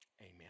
Amen